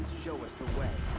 show us the way!